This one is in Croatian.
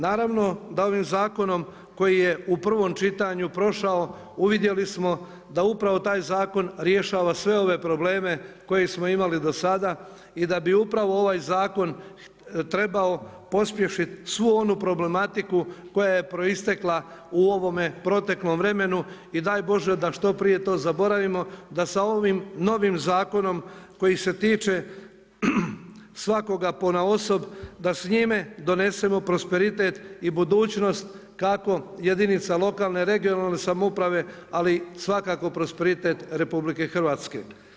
Naravno da ovim zakonom koji je u prvom čitanju prošao, uvidjeli smo da upravo taj zakon rješava sve ove probleme koje smo imali dosada i da bi upravo ovaj zakon trebao pospješiti svu onu problematiku koja je proistekla u ovome proteklom vremenu i daj Bože da što prije to zaboravimo da sa ovim novim zakonom koji se tiče svakoga ponaosob, da s njime donesemo prosperitet i budućnost kakvo jedinica lokalne, regionalne samouprave ali svakako prosperitet Republike Hrvatske.